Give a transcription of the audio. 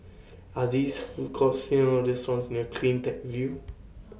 Are These Food Courts sell restaurants near CleanTech View